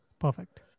Perfect